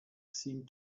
seemed